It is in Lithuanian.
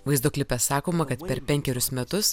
vaizdo klipe sakoma kad per penkerius metus